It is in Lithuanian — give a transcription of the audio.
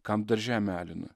kam dar žemę alina